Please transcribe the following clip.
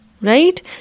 right